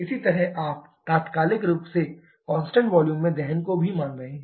इसी तरह आप तात्कालिक रूप से कांस्टेंट वॉल्यूम में दहन को भी मान रहे हैं